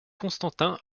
constantin